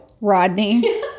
rodney